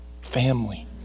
family